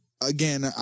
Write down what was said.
again